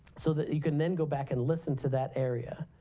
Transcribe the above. so, that you can then go back and listen to that area.